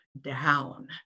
down